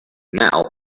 now